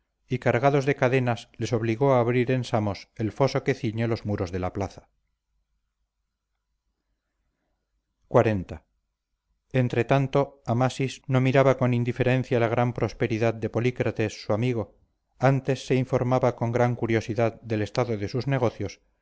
y cargados de cadenas les obligó a abrir en samos el foso que ciñe los muros de la plaza xl entretanto amasis no miraba con indiferencia la gran prosperidad de polícrates su amigo antes se informaba con gran curiosidad del estado de sus negocios